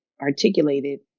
articulated